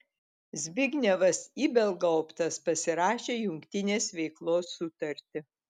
zbignevas ibelgauptas pasirašė jungtinės veiklos sutartį